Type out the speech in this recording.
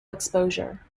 exposure